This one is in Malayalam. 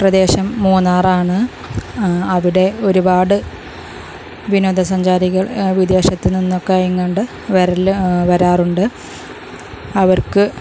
പ്രദേശം മൂന്നാറാണ് അവിടെ ഒരുപാട് വിനോദസഞ്ചാരികൾ വിദേശത്തു നിന്നൊക്കെയായി ഇങ്ങോട്ട് വരല് വരാറുണ്ട് അവർക്ക്